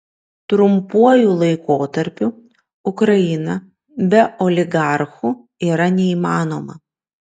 trumpuoju laikotarpiu ukraina be oligarchų yra neįmanoma